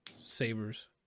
sabers